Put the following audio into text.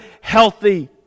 healthy